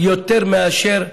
יותר מאשר הצהרתית,